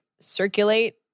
circulate